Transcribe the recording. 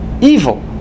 evil